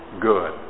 good